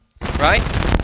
Right